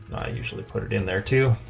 usually put it in there too,